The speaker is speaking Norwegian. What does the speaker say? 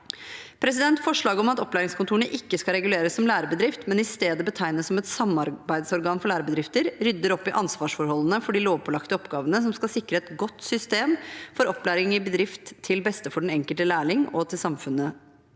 situasjoner. Forslaget om at opplæringskontorene ikke skal reguleres som lærebedrift, men i stedet betegnes som et samarbeidsorgan for lærebedrifter, rydder opp i ansvarsforholdene når det gjelder de lovpålagte oppgavene som skal sikre et godt system for opplæring i bedrift til beste for den enkelte lærling og for samfunnet.